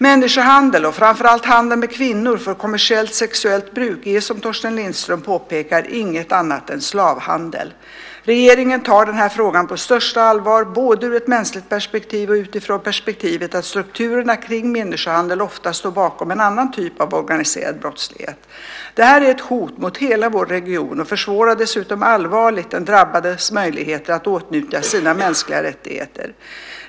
Människohandel, och framför allt handeln med kvinnor för kommersiellt, sexuellt bruk, är som Torsten Lindström påpekar inget annat än slavhandel. Regeringen tar denna fråga på största allvar, både i ett mänskligt perspektiv och utifrån perspektivet att strukturerna kring människohandel ofta står bakom en annan typ av organiserad brottslighet. Detta är ett hot mot hela vår region och försvårar dessutom allvarligt den drabbades möjlighet att åtnjuta sina mänskliga rättigheter.